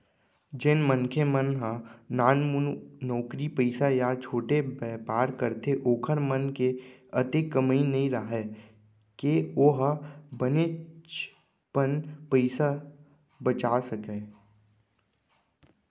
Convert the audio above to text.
जेन मनखे मन ह नानमुन नउकरी पइसा या छोटे बयपार करथे ओखर मन के अतेक कमई नइ राहय के ओ ह बनेचपन पइसा बचा सकय